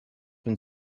been